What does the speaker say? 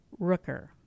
Rooker